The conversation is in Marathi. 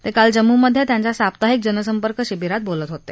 ते काल जम्मूमध्ये त्यांच्या साप्ताहिक जनसंपर्क शिबिरात बोलत होते